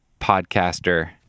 podcaster